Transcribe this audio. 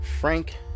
frank